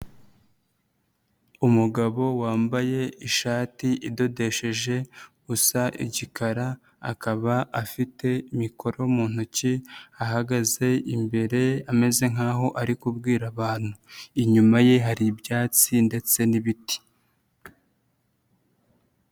Umugabo wambaye ishati idodesheje usa igikara, akaba afite mikoro mu ntoki ahagaze imbere ameze nk'aho ari kubwira abantu, inyuma ye hari ibyatsi ndetse n'ibiti.